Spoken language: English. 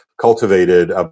cultivated